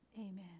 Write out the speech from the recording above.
amen